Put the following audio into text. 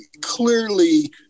clearly